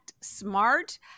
smart